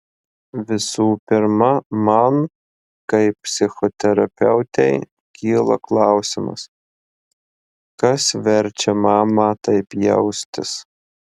visų pirma man kaip psichoterapeutei kyla klausimas kas verčia mamą taip jaustis